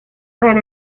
para